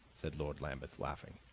said lord lambeth, laughing.